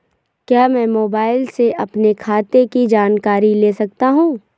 क्या मैं मोबाइल से अपने खाते की जानकारी ले सकता हूँ?